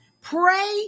pray